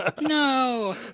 No